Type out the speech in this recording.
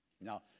Now